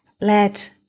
let